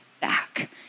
back